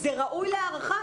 זה ראוי להערכה,